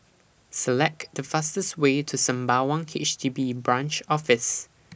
Select The fastest Way to Sembawang H D B in Branch Office